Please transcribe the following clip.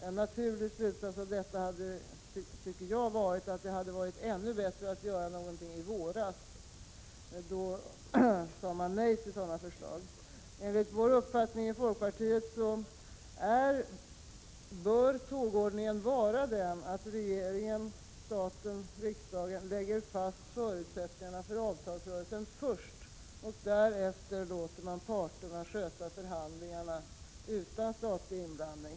En naturlig slutsats av detta hade varit, tycker jag, att det hade varit ännu bättre om något hade gjorts i våras, men då sade man nej till förslag härom. Enligt folkpartiets uppfattning bör tågordningen vara den att regeringen och riksdagen först lägger fast förutsättningarna för avtalsrörelsen och att man därefter låter parterna sköta förhandlingarna utan statlig inblandning.